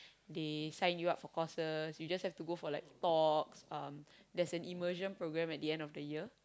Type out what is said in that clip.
they sign you up for courses you just have to go for like talks there's an immersion programme at the end of the year